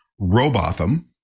Robotham